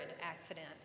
accident